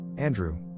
Andrew